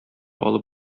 алып